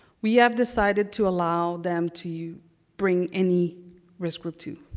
we have decided to allow them to bring any risk group two.